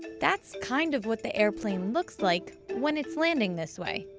that's kind of what the airplane looks like when it's landing this way.